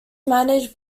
managed